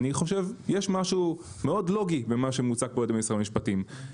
אני חושב שיש משהו מאוד לוגי במה שמוצג פה על ידי משרד המשפטים,